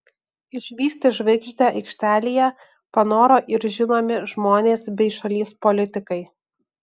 išvysti žvaigždę aikštelėje panoro ir žinomi žmonės bei šalies politikai